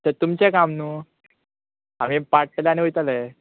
तें तुमचें काम न्हू आमी पाडटले आनी वयतलें